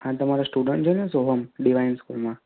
હા તમારો સ્ટુડન્ટ છે ને સોહમ ડિવાઇન સ્કૂલમાં